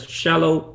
shallow